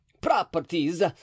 properties